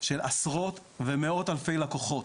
של עשרות ומאות אלפי לקוחות,